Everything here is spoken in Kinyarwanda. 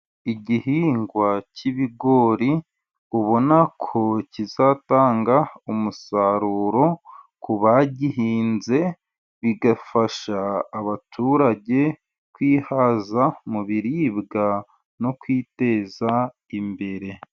Igihingwa cy'ibigori ubona ko kizatanga umusaruro, ku bagihinze bizafasha abaturage kwihaza mu biribwa, no kwiteza imbere.